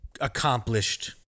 accomplished